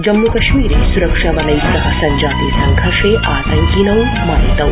जम्मू कश्मीरे सुरक्षाबलैस्सह सब्जाते संघर्षे आतंकिनौ मारितौ